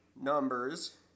numbers